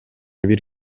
бир